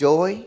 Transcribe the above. Joy